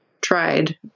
tried